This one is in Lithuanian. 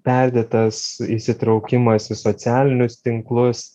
perdėtas įsitraukimas į socialinius tinklus